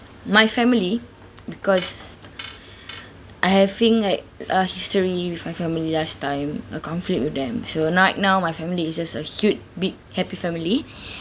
my family because I having like a history with my family last time a conflict with them so night now my family it's just a huge big happy family